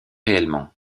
réellement